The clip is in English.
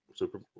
Super